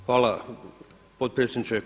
Hvala potpredsjedniče.